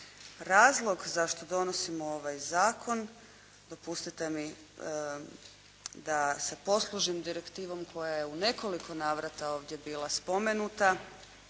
Razlog zašto donosimo ovaj zakon dopustite mi da se poslužim direktivom koja je u nekoliko navrata ovdje bila spomenuta